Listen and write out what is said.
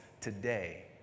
today